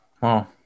Wow